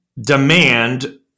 demand